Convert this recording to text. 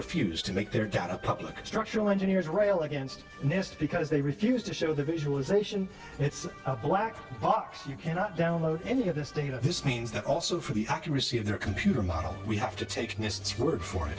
refused to make their data public structural engineers rail against nist because they refused to show the visualization it's a black box you cannot download any of this data this means that also for the accuracy of their computer model we have to take